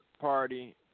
party